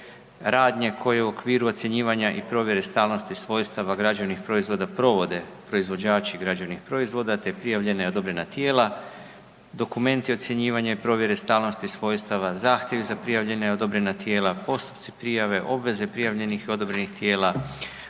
radnje koje u okviru ocjenjivanja i provjere stalnosti svojstava građevnih proizvoda provode proizvođači građevnih proizvoda te prijavljena i odobrena tijela, dokumenti ocjenjivanja i provjere stalnosti svojstava, zahtjevi za prijavljena i odobrena tijela, postupci prijave, obveze prijavljenih i odobrenih tijela,